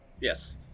Yes